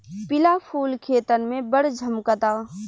पिला फूल खेतन में बड़ झम्कता